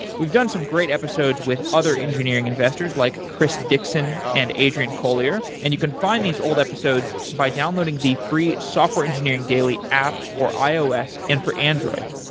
we've done some great episodes with other engineering investors, like chris dixon and adrian colyer, and you can find these old episodes by downloading the free software engineering daily app for ios and for android.